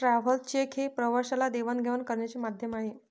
travellers cheque हे प्रवाशाला देवाणघेवाण करण्याचे माध्यम आहे